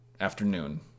afternoon